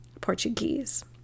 Portuguese